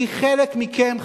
כי חלק מכם,